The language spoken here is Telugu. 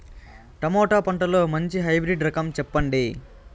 టమోటా పంటలో మంచి హైబ్రిడ్ రకం చెప్పండి?